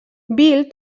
bill